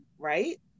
right